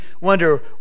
wonder